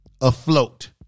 afloat